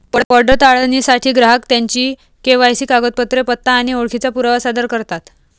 पडताळणीसाठी ग्राहक त्यांची के.वाय.सी कागदपत्रे, पत्ता आणि ओळखीचा पुरावा सादर करतात